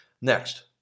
Next